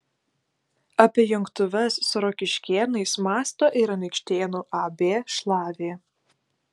apie jungtuves su rokiškėnais mąsto ir anykštėnų ab šlavė